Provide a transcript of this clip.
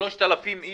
אני